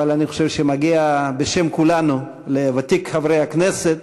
אבל אני חושב שמגיע לוותיק חברי הכנסת,